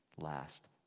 last